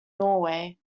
norway